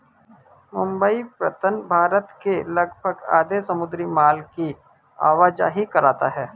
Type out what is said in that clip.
मुंबई पत्तन भारत के लगभग आधे समुद्री माल की आवाजाही करता है